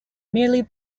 merely